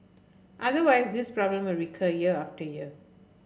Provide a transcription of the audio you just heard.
otherwise this problem will recur year after year